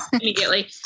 immediately